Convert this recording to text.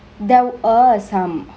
there are some